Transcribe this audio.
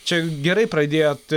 čia gerai pradėjot